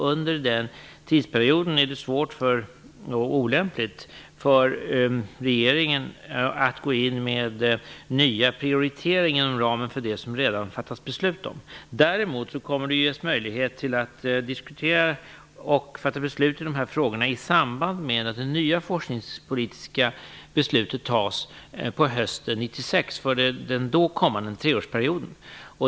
Under den tidsperioden är det svårt och olämpligt för regeringen att gå in med nya prioriteringar inom ramen för det som redan fattats beslut om. Däremot kommer det att ges möjlighet att diskutera och fatta beslut i dessa frågor i samband att det nya forskningspolitiska beslutet fattas på hösten 1996 för den då kommande treårsperioden.